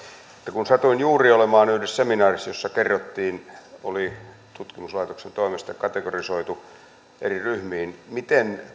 kun satuin juuri olemaan yhdessä seminaarissa jossa kerrottiin oli tutkimuslaitoksen toimesta kategorisoitu eri ryhmiin miten